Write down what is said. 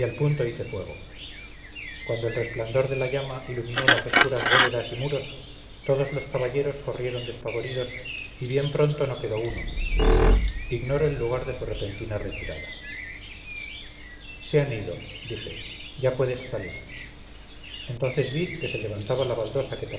punto hice fuego cuando el resplandor de la llama iluminó las oscuras bóvedas y muros todos los caballeros corrieron despavoridos y bien pronto no quedó uno ignoro el lugar de su repentina retirada se han ido dije ya puedes salir entonces vi que se levantaba la baldosa que